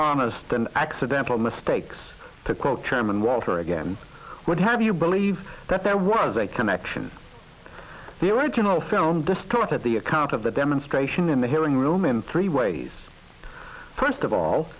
honest and accidental mistakes to call chairman walter again would have you believe that there was a connection the original film distorted the account of the demonstration in the hearing room in three ways first of all